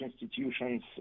institutions